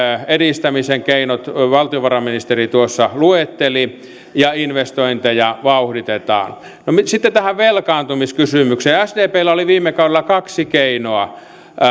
edistämisen keinot valtiovarainministeri tuossa luetteli ja investointeja vauhditetaan sitten tähän velkaantumiskysymykseen sdpllä oli viime kaudella kaksi keinoa